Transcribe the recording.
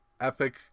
epic